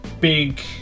big